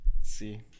see